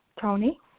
Tony